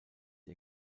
ihr